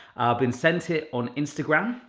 been sent it on instagram.